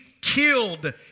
killed